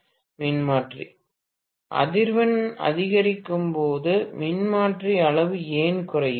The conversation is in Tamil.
பேராசிரியர் மாணவர் உரையாடல் தொடங்குகிறது மாணவர் அதிர்வெண் அதிகரிக்கும் போது மின்மாற்றி அளவு ஏன் குறையும்